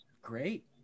great